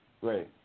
Great